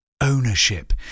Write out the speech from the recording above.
ownership